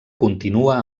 continua